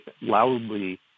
loudly